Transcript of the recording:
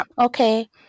Okay